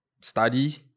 study